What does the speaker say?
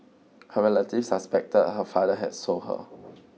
her relatives suspected her father had sold her